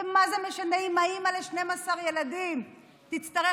ומה זה משנה אם האימא ל-12 ילדים תצטרך